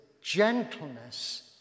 gentleness